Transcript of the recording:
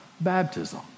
baptism